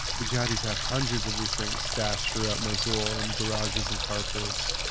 the jihadis had hundreds of these things stashed throughout mosul in garages and carports,